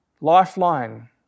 Lifeline